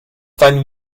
dein